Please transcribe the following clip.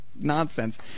Nonsense